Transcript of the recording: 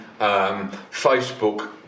Facebook